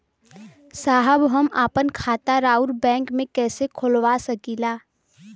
साहब हम आपन खाता राउर बैंक में कैसे खोलवा सकीला?